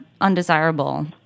undesirable